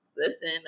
Listen